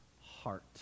heart